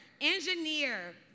engineer